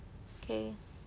K